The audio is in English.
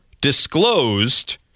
disclosed